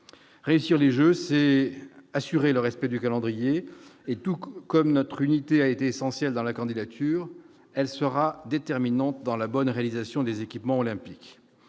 réussir les Jeux, c'est assurer le respect du calendrier et, tout comme notre unité, a été essentielle dans la candidature, elle sera déterminante dans la bonne réalisation des équipements olympiques